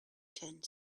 turned